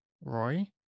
Roy